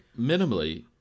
minimally